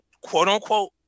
quote-unquote